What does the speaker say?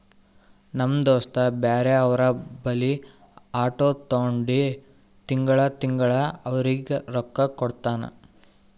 ನಮ್ ದೋಸ್ತ ಬ್ಯಾರೆ ಅವ್ರ ಬಲ್ಲಿ ಆಟೋ ತೊಂಡಿ ತಿಂಗಳಾ ತಿಂಗಳಾ ಅವ್ರಿಗ್ ರೊಕ್ಕಾ ಕೊಡ್ತಾನ್